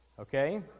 okay